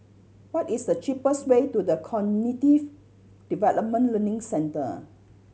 what is the cheapest way to The Cognitive Development Learning Centre